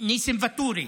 ניסים ואטורי,